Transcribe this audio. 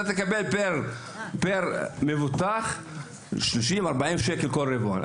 אתה תקבל פר מבוטח 30 - 40 שקל כל רבעון.